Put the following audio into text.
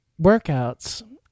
Workouts